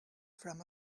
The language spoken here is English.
from